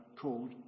called